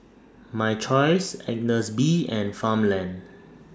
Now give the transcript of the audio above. My Choice Agnes B and Farmland